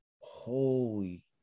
holy